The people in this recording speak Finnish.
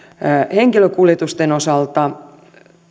henkilökuljetusten osalta